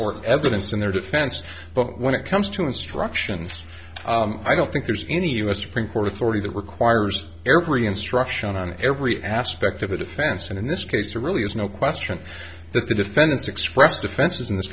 for evidence in their defense but when it comes to instructions i don't think there's any u s supreme court authority that requires every instruction on every aspect of the defense and in this case to really has no question that the defendants expressed offenses in this